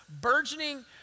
burgeoning